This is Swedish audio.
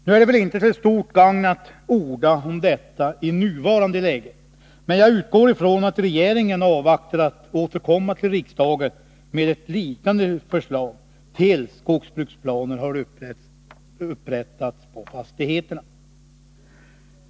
Nu är det väl inte till stort gagn att orda om detta i nuvarande läge, men jag utgår ifrån att regeringen väntar med att komma till riksdagen med ett liknande förslag, tills skogsbruksplaner har upprättats på fastigheterna.